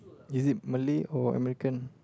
is it Malay or American